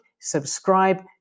subscribe